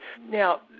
Now